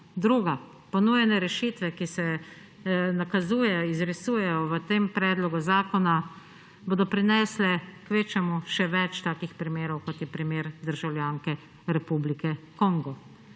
Druga. Ponujene rešitve, ki se nakazujejo, izrisujejo v tem predlogu zakona, bodo prinesle kvečjemu še več takih primerov, kot je primer državljanke republike Kongo.